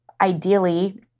ideally